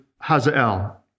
Hazael